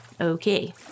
okay